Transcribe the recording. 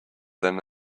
than